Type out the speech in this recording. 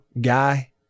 guy